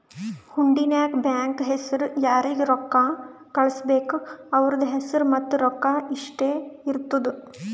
ಹುಂಡಿ ನಾಗ್ ಬ್ಯಾಂಕ್ ಹೆಸುರ್ ಯಾರಿಗ್ ರೊಕ್ಕಾ ಕಳ್ಸುಬೇಕ್ ಅವ್ರದ್ ಹೆಸುರ್ ಮತ್ತ ರೊಕ್ಕಾ ಇಷ್ಟೇ ಇರ್ತುದ್